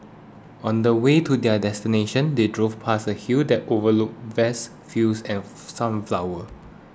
on the way to their destination they drove past a hill that overlooked vast fields and sunflowers